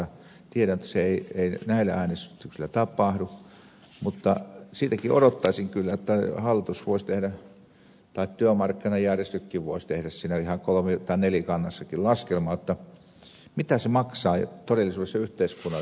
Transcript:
tiedän jotta se ei näillä äänestyksillä tapahdu mutta siitäkin odottaisin kyllä jotta hallitus voisi tai työmarkkinajärjestötkin voisivat tehdä ihan kolmi tai nelikannassa laskelman mitä se todellisuudessa maksaa yhteiskunnalle kokonaisuutena